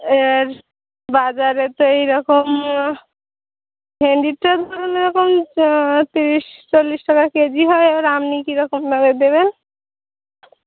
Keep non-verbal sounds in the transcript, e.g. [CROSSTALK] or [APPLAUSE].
এর বাজারে তো এই রকম ভেন্ডির তো [UNINTELLIGIBLE] এরকম তিরিশ চল্লিশ টাকা কেজি হয় এবার আপনি কীরকম ভাবে দেবেন